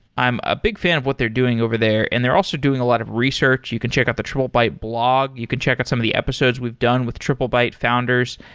i'm a big fan of what they're doing over there and they're also doing a lot of research. you can check out the triplebyte blog. you can check out some of the episodes we've done with triplebyte founders.